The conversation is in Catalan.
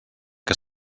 que